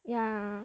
yeah